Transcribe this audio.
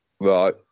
right